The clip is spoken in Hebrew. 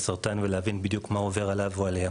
סרטן ולדעת בדיוק מה עובר עליו או עליה.